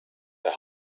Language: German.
der